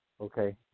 Okay